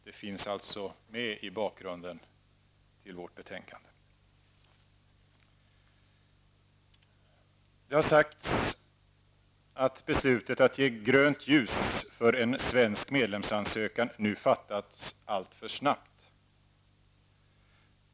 De finns alltså med i bakgrunden till betänkandet. Det har sagts att beslutet att ge grönt ljus för en svensk medlemsansökan nu fattas alltför snabbt.